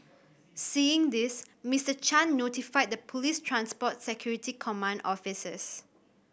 seeing this Mister Chan notified the police's transport security command officers